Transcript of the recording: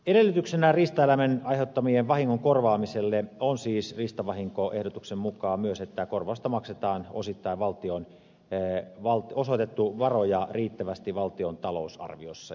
edellytyksenä riistaeläimen aiheuttamien vahinkojen korvaamiselle on siis riistavahinkoehdotuksen mukaan myös että korvausta maksetaan vuosittain valtion peer on osoitettu varoja riittävästi valtion talousarviossa